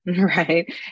Right